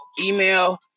email